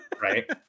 Right